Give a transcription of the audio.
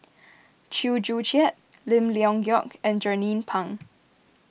Chew Joo Chiat Lim Leong Geok and Jernnine Pang